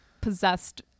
possessed